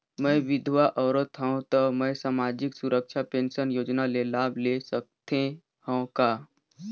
मैं विधवा औरत हवं त मै समाजिक सुरक्षा पेंशन योजना ले लाभ ले सकथे हव का?